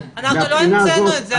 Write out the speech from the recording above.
אנחנו לא המצאנו את זה,